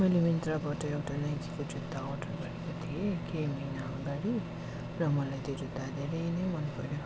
मैले मिन्त्राबाट एउटा नाइकीको जुत्ता अर्डर गरेको थिएँ केही महिना अगाडि र मलाई त्यो जुत्ता धेरै नै मनपऱ्यो